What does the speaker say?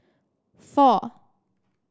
four